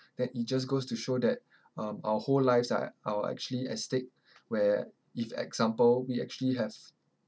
and it just goes to show that um our whole lives are our actually at stake where if example we actually have